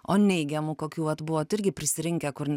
o neigiamų kokių vat buvot irgi prisirinkę kur